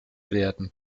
werden